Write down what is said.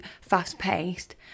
fast-paced